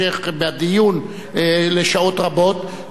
בדיון של שעות רבות,